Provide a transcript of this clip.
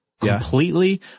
completely